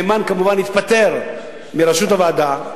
נאמן כמובן התפטר מראשות הוועדה,